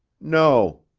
no,